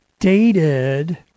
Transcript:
Dated